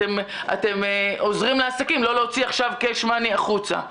אתם עוזרים לעסקים לא להוציא עכשיו Cash Money החוצה.